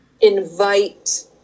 invite